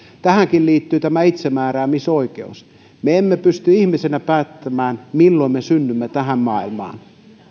tähänkin liittyy tämä itsemääräämisoikeus me emme pysty ihmisinä päättämään milloin me synnymme tähän maailmaan